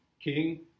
king